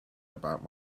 about